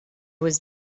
was